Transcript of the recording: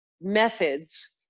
methods